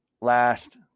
Last